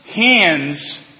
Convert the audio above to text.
hands